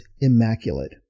immaculate